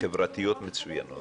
חברתיות מצוינות